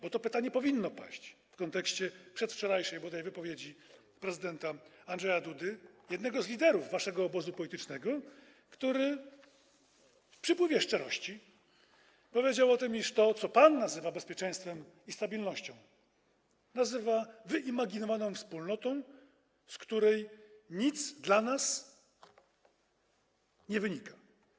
Bo to pytanie powinno paść w kontekście przedwczorajszej bodaj wypowiedzi prezydenta Andrzeja Dudy, jednego z liderów waszego obozu politycznego, który w przypływie szczerości powiedział o tym, iż to, co pan nazywa bezpieczeństwem i stabilnością, nazywa wyimaginowaną wspólnotą, z której nic dla nas nie wynika.